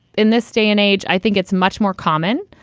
in this day and age, i think it's much more common.